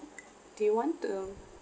do you want to